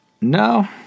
No